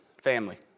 family